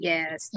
Yes